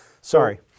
Sorry